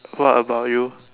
what about you